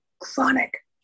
chronic